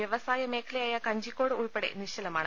വ്യവസായ മേഖലയായ കഞ്ചിക്കോട് ഉൾപ്പെടെ നിശ്ചലമാണ്